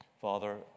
Father